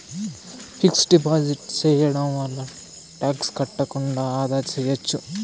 fixed deposit సేయడం వల్ల tax కట్టకుండా ఆదా సేయచ్చు